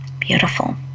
beautiful